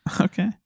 Okay